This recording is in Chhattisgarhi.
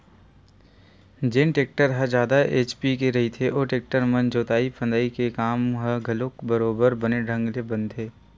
जेन टेक्टर ह जादा एच.पी के रहिथे ओ टेक्टर म जोतई फंदई के काम ह घलोक बरोबर बने ढंग के बनथे